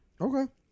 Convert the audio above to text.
Okay